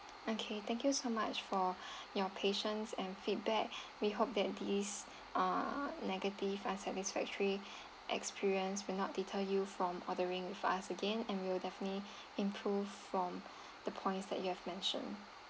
okay thank you so much for your patients and feedback we hope that these err negative unsatisfactory experience will not deter you from ordering with us again and we will definitely improve from the points that you have mentioned